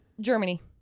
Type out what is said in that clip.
Germany